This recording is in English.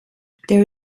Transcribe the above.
there